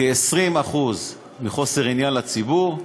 כ-20% מחוסר עניין לציבור,